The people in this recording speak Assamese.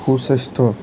সু স্বাস্থ্য